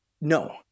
no